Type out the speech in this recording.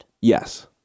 Yes